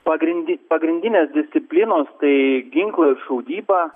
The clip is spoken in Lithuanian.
pagrindi pagrindinės disciplinos tai ginklų ir šaudyba